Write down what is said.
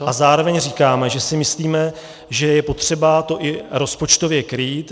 A zároveň říkáme, že si myslíme, že je potřeba to i rozpočtově krýt.